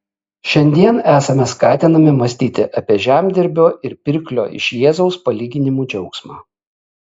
šiandien esame skatinami mąstyti apie žemdirbio ir pirklio iš jėzaus palyginimų džiaugsmą